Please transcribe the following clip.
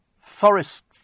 Forest